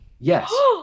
yes